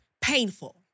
painful